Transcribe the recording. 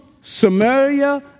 Samaria